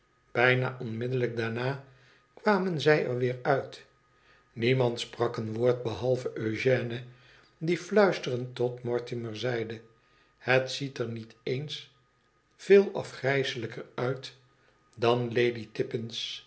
bijna onmiddellijk daarna kwamen zij er weer uit niemand sprak een woord behalve eugène die fluisterend tot mortimer zeide het ziet er niet eens veel afgrijselijker uit dan lady